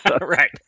Right